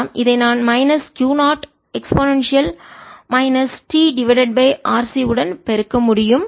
இதை நான் minus Q0 e t RC உடன் பெருக்க முடியும் ல்